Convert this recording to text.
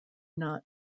not